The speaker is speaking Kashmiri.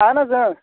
اہَن حظ